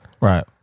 Right